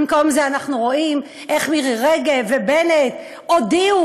במקום זה אנחנו רואים איך מירי רגב ובנט הודיעו